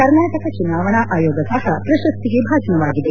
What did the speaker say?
ಕರ್ನಾಟಕ ಚುನಾವಣಾ ಆಯೋಗ ಸಹ ಪ್ರಶಸ್ತಿಗೆ ಭಾಜನವಾಗಿದೆ